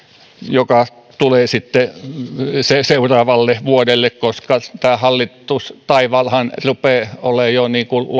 joka tulee seuraavalle vuodelle koska tämä hallitustaivalhan rupeaa olemaan jo